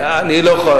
אני רוצה